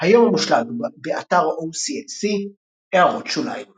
היום המושלג, באתר OCLC == הערות שוליים ==